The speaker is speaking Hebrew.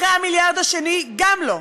אחרי המיליארד השני, גם לא.